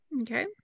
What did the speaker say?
Okay